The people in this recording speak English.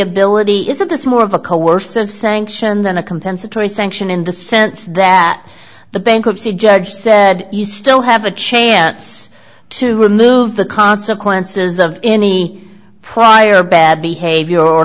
ability is of this more of a coercive sanction than a compensatory sanction in the sense that the bankruptcy judge said you still have a chance to remove the consequences of any prior bad behavior or